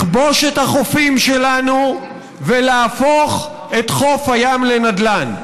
לכבוש את החופים שלנו ולהפוך את חוף הים לנדל"ן.